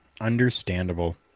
Understandable